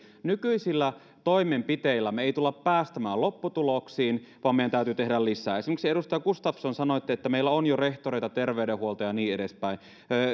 nykyisillä toimenpiteillä me emme tule pääsemään lopputuloksiin vaan meidän täytyy tehdä lisää esimerkiksi edustaja gustafsson sanoitte että meillä on jo rehtoreita terveydenhuolto ja niin edespäin